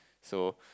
so